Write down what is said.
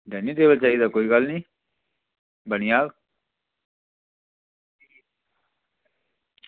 dining table चाहिदा कोई गल्ल निं बनी जाह्ग